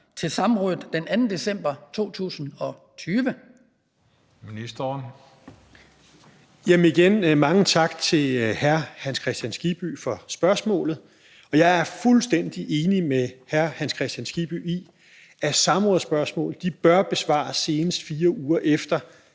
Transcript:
fiskeri (Rasmus Prehn): Igen vil jeg sige: Mange tak til hr. Hans Kristian Skibby for spørgsmålet. Og jeg er fuldstændig enig med hr. Hans Kristian Skibby i, at samrådsspørgsmål bør besvares, senest 4 uger efter